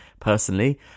personally